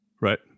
Right